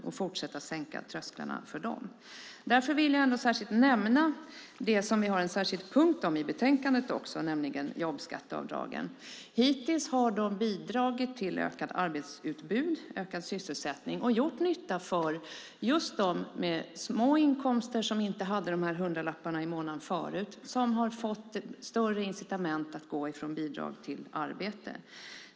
Vi måste fortsätta sänka trösklarna för dem. Jag vill därför speciellt nämna det som vi har en särskild punkt om i betänkandet, nämligen jobbskatteavdragen. Hittills har de bidragit till ökat arbetsutbud och ökad sysselsättning och gjort nytta för dem som har små inkomster och tidigare saknade några hundralappar i månaden. De har fått större incitament att gå från bidrag till arbete.